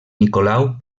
nicolau